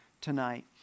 tonight